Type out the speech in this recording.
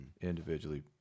individually